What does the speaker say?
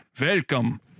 Welcome